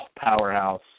powerhouse